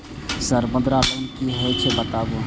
Sir मुद्रा loan की हे छे बताबू?